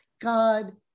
God